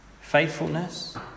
faithfulness